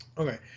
Okay